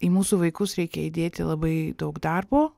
į mūsų vaikus reikia įdėti labai daug darbo